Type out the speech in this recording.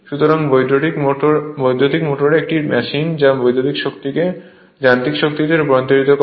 সুতরাং বৈদ্যুতিক মোটর একটি মেশিন যা বৈদ্যুতিক শক্তিকে যান্ত্রিক শক্তিতে রূপান্তর করে